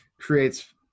creates